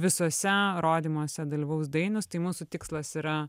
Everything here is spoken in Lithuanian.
visuose rodymuose dalyvaus dainius tai mūsų tikslas yra